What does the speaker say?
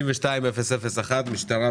מתכנית האצה במשק.